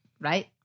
Right